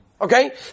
Okay